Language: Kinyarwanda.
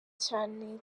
cyane